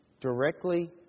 Directly